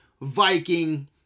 Viking